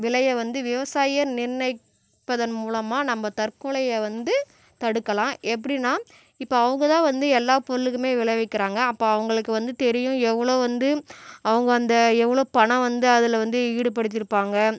விலையை வந்து விவசாயியே நிர்ணயிப்பதன் மூலமாக நம்ம தற்கொலையை வந்து தடுக்கலாம் எப்படினா இப்போ அவங்க தான் வந்து எல்லா பொருளுக்கும் விளைவிக்கிறாங்க அப்போ அவங்களுக்கு வந்து தெரியும் எவ்வளோ வந்து அவங்க அந்த எவ்வளோ பணம் வந்து அதில் வந்து ஈடுபடுத்தியிருப்பாங்க